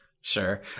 sure